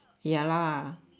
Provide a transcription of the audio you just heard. ya lah